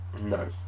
no